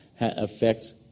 affects